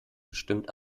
bestimmt